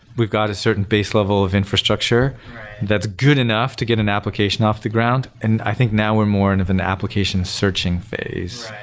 we've got a certain base level of infrastructure that's good enough to get an application off the ground. and i think now we're more in an application searching phase.